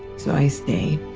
so i stay,